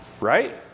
Right